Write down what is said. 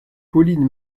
pauline